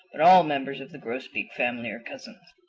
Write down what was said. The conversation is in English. but all members of the grosbeak family are cousins.